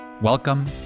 Welcome